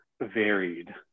varied